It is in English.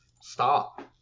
stop